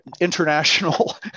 international